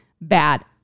bad